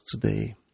today